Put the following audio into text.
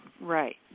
Right